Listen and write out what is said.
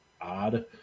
odd